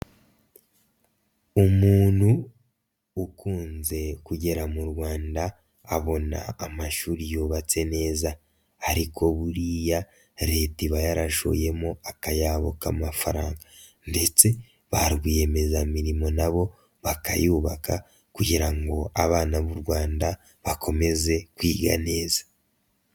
Umuntu ukunze kugera mu Rwanda abona amashuri yubatse neza, ariko buriya Leta iba yarashoyemo akayabo k'amafaranga ndetse ba rwiyemezamirimo na bo bakayubaka kugira ngo abana b'u Rwanda bakomeze kwiga neza.